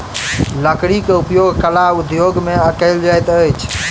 लकड़ी के उपयोग कला उद्योग में कयल जाइत अछि